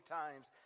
times